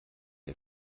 der